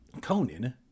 Conan